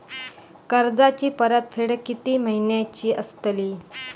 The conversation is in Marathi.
कर्जाची परतफेड कीती महिन्याची असतली?